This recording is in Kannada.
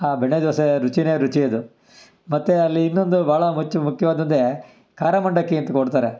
ಆ ಬೆಣ್ಣೆ ದೋಸೆ ರುಚಿಯೇ ರುಚಿ ಅದು ಮತ್ತೆ ಅಲ್ಲಿ ಇನ್ನೊಂದು ಭಾಳಾ ಮುಚ್ ಮುಖ್ಯವಾದದ್ದೆ ಖಾರ ಮಂಡಕ್ಕಿ ಅಂತ ಕೊಡ್ತಾರೆ